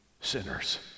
sinners